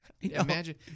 imagine